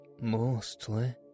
mostly